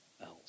else